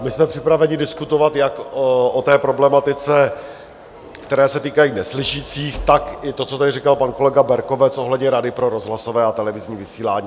My jsme připraveni diskutovat jak o té problematice, která se týká neslyšících, tak i to, co tady říkal kolega Berkovec ohledně Rady pro rozhlasové a televizní vysílání.